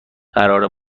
قرار